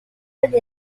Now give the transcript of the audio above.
degli